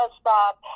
stop